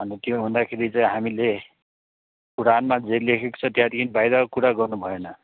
अनि त्यो हुँदाखेरि चाहिँ हामीले कुरानमा जे लेखेको छ त्यहाँदेखि बाहिरको कुरा गर्नु भएन